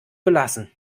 belassen